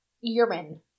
urine